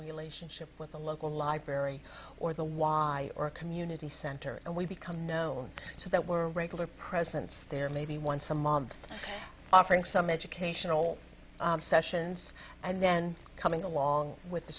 relationship with a local library or the y or community center and we become known so that we're regular presence there maybe once a month ok offering some educational sessions and then coming along with the